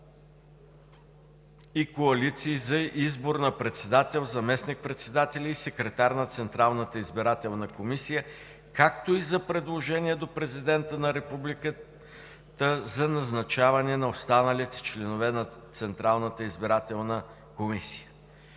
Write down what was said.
и коалиции за избор на председател, заместник-председатели и секретар на Централната избирателна комисия, както и за предложения до президента на републиката за назначаване на останалите членове на Централната избирателна комисия.